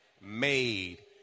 made